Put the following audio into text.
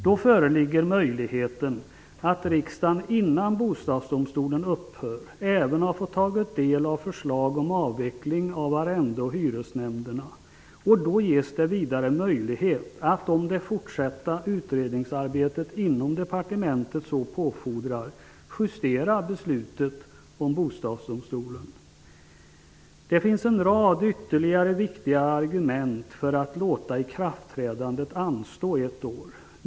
Då föreligger möjligheten att riksdagen innan Bostadsdomstolen upphör även har fått ta del av förslag om avveckling av arrende och hyresnämnderna. Det ges vidare möjlighet att om det fortsatta utredningsarbetet inom departementet så påfordrar justera beslutet om Det finns en rad ytterligare viktiga argument för att låta ikraftträdandet anstå ett år.